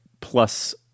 plus